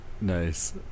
Nice